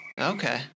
Okay